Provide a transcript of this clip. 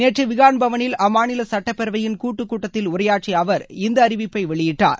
நேற்று விகான் பவனில் அம்மாநில சட்டப்பேரவையின் கூட்டுக் கூட்டத்தில் உரையாற்றிய அவர் இந்த அறிவிப்பை வெளியிட்டார்